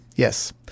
Yes